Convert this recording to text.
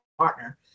partner